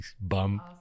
bum